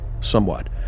somewhat